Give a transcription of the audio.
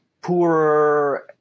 poorer